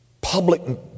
public